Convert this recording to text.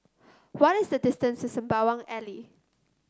what is the distance to Sembawang Alley